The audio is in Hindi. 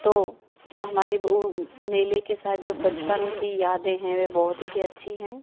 तो जो हमारी वो मेले के साथ जो बचपन की यादें हैं वे बहुत ही अच्छी हैं